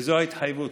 וזו ההתחייבות,